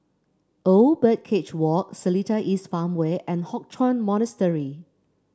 Old Birdcage Walk Seletar East Farmway and Hock Chuan Monastery